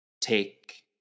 take